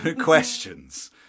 questions